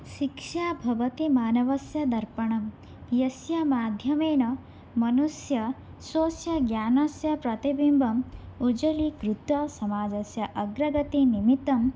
शिक्षा भवति मानवस्य दर्पणं यस्य माध्यमेन मनुष्यः स्वस्य ज्ञानस्य प्रतिबिम्बम् उज्ज्वलीकृत्य समाजस्य अग्रगतिनिमित्तम्